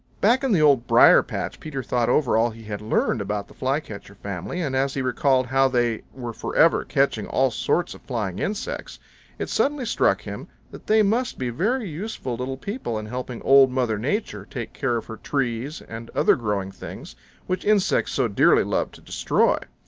back in the old briar-patch peter thought over all he had learned about the flycatcher family, and as he recalled how they were forever catching all sorts of flying insects it suddenly struck him that they must be very useful little people in helping old mother nature take care of her trees and other growing things which insects so dearly love to destroy.